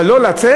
אבל לא לצאת?